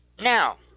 Now